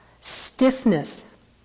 stiffness